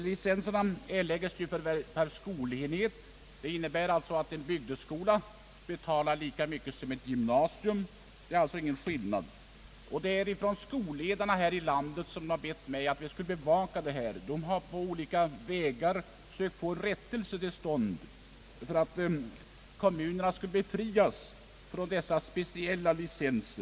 Licenserna erlägges ju per skolenhet — en bygdeskola får betala lika mycket som ett gymnasium. Man har därför från skolledarna här i landet bett mig att bevaka detta. Skolledarna har förut på olika vägar sökt få en rättelse till stånd, så att kommunerna skulle befrias från att betala dessa speciella skolradiolicenser.